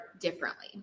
differently